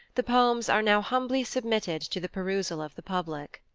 the poems are now humbly submitted to the perusal of the public.